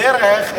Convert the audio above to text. בדרך,